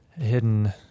hidden